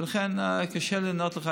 ולכן קשה לי לענות לך.